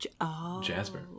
jasper